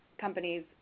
companies